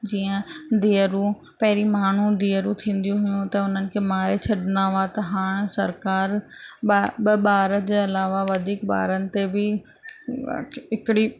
जीअं धीअरूं पहिरीं माण्हू धीअरूं थींदियूं हुयूं त उन्हनि खे मारे छॾंदा हुआ त हाणे सरकारि ॿा ॿ ॿार जे अलावा वधीक ॿारनि ते बि हिकिड़ी